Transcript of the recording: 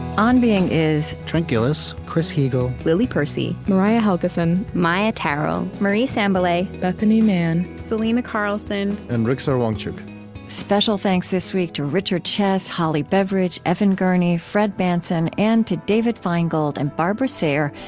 on being is trent gilliss, chris heagle, lily percy, mariah helgeson, maia tarrell, marie sambilay, bethanie mann, selena carlson, and rigsar wangchuck special thanks this week to richard chess holly beveridge evan gurney fred bahnson and to david feingold and barbara sayer,